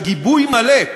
בגיבוי מלא,